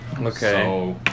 Okay